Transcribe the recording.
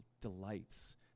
delights